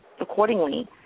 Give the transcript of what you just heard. accordingly